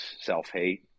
self-hate